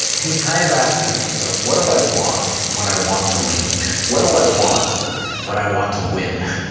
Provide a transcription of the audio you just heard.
he's kind of asking you know what do i want when i want to lead, what do i want when i want to win?